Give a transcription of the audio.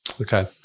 Okay